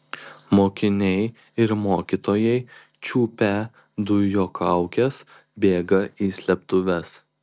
mokiniai ir mokytojai čiupę dujokaukes bėga į slėptuves